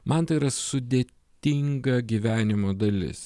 man tai yra sudėtinga gyvenimo dalis